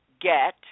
get